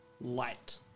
Light